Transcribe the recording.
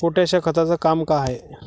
Potash या खताचं काम का हाय?